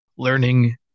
learning